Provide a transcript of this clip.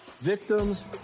Victims